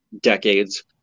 decades